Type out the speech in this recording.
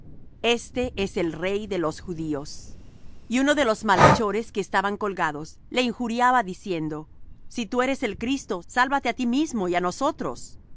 este es el rey de los judios y uno de los malhechores que estaban colgados le injuriaba diciendo si tú eres el cristo sálvate á ti mismo y á nosotros